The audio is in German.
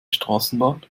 straßenbahn